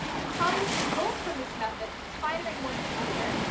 the crumb which results from this method is finer and more tender,